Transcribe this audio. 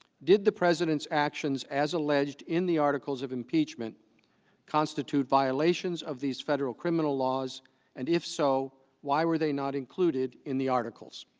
did the president's actions as alleged in the articles of impeachment constitute violations of these federal criminal laws and if so why were they not included in the articles